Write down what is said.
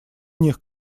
них